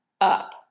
up